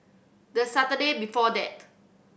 the Saturday before that